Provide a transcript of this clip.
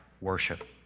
worship